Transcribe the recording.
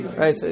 right